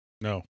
No